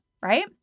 right